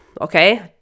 okay